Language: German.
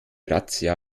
razzia